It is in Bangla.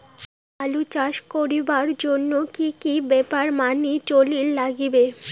আলু চাষ করিবার জইন্যে কি কি ব্যাপার মানি চলির লাগবে?